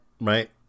right